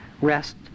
rest